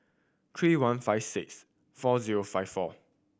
three one five six four zero five four